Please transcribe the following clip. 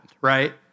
right